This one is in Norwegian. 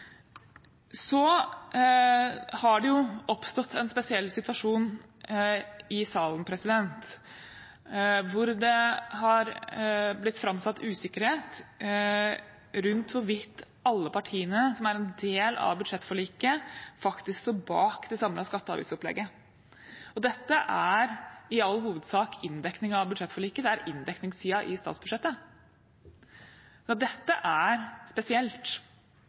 Så har det oppstått en spesiell situasjon i salen, hvor det er blitt framsatt usikkerhet rundt hvorvidt alle partiene som er en del av budsjettforliket, faktisk står bak det samlede skatte- og avgiftsopplegget. Dette er i all hovedsak inndekningen av budsjettforliket, det er inndekningssiden i statsbudsjettet. Dette er spesielt.